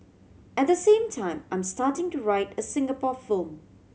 at the same time I'm starting to write a Singapore film